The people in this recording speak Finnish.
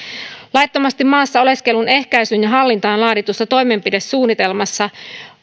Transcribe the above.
laittomasti maassa oleskelun ehkäisyyn ja hallintaan laaditussa toimenpidesuunnitelmassa